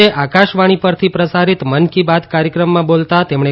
આજે આકાશવાણી પરથી પ્રસારીત મન કી બાત કાર્યક્રમમાં બોલતા તેમણે